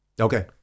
Okay